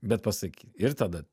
bet pasakyt ir tada